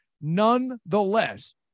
Nonetheless